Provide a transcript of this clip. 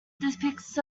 depicts